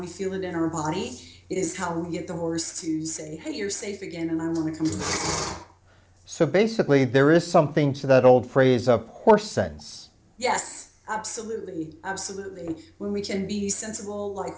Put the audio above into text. we feel it in our body is how we get the horse to say hey you're safe again and i will become so basically there is something to that old praise up horse sense yes absolutely absolutely and when we can be sensible like